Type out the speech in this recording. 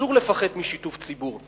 אסור לפחד משיתוף ציבור.